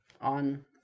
on